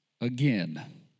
again